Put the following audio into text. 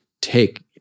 take